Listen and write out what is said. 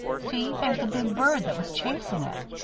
see, there's a big bird that was chasing it.